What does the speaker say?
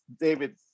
David